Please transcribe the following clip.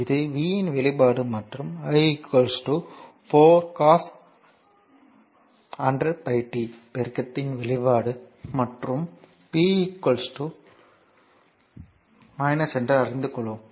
இது V இன் வெளிப்பாடு மற்றும் i 4 cos 100πt பெருக்கத்தின் வெளிப்பாடு மற்றும் p என்று அறிந்து கொண்டோம்